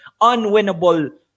unwinnable